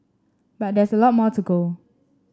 but there's a lot more to go